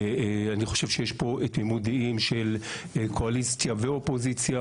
אני חושב שיש כאן שיתוף של קואליציה ואופוזיציה,